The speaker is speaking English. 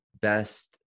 best